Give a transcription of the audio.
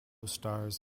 stars